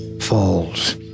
falls